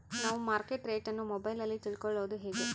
ನಾವು market rate ಅನ್ನು ಮೊಬೈಲಲ್ಲಿ ತಿಳ್ಕಳೋದು ಹೇಗೆ?